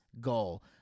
goal